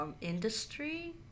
Industry